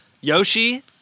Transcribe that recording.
Yoshi